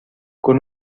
con